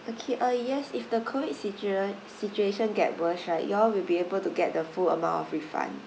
okay uh yes if the COVID situat~ situation get worse right you all will be able to get the full amount of refund